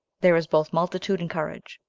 there is both multitude and courage.